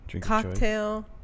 cocktail